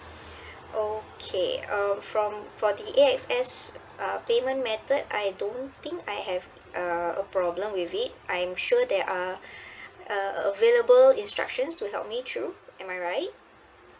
okay um from for the A_X_S uh payment method I don't think I have uh a problem with it I'm sure there are uh available instructions to help me through am I right